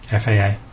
FAA